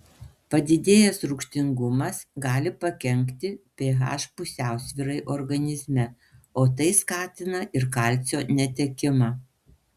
padidėjęs rūgštingumas gali pakenkti ph pusiausvyrai organizme o tai skatina ir kalcio netekimą